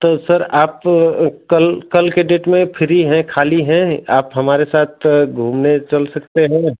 तो सर आप कल कल के डेट में फ्री हैं खाली हैं आप हमारे साथ घूमने चल सकते हैं